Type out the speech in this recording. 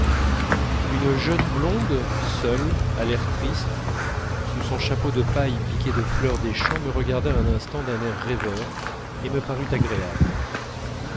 une jeune blonde seule à l'air triste sous son chapeau de paille piqué de fleurs des champs me regarda un instant d'un air rêveur et me parut agréable